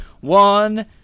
one